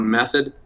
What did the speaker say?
method